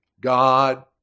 God